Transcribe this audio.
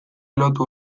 lotu